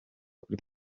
kuri